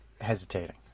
hesitating